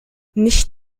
nicht